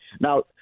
Now